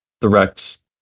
direct